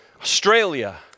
Australia